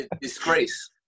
disgrace